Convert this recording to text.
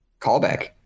callback